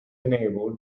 enabled